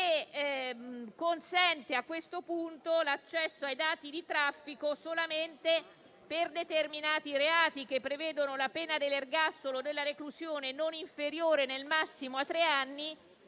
che consente a questo punto l'accesso ai dati di traffico solamente per determinati reati che prevedono la pena dell'ergastolo o della reclusione non inferiore nel massimo a tre anni,